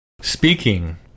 Speaking